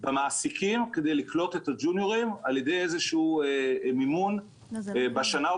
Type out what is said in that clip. במעסיקים כדי לקלוט את הג'וניורים על ידי איזה שהוא מימון בשנה או